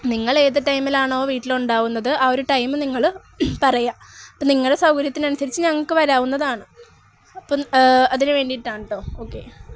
നിങ്ങളേത് ടൈമിലാണോ വീട്ടിലുണ്ടാവുന്നത് ആ ഒരു ടൈം നിങ്ങള് പറയുക നിങ്ങളുടെ സൗകര്യത്തിനനുസരിച്ചു ഞങ്ങള്ക്കു വരാവുന്നതാണ് അപ്പോള് അതിനു വേണ്ടിയിട്ടാണ് കെട്ടോ ഓക്കെ